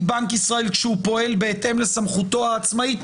בנק ישראל כשהוא פועל בהתאם לסמכותו העצמאית.